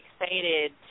excited